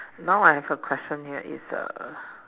now I have a question here is err